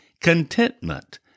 contentment